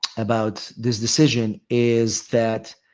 about this decision is that